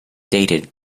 dated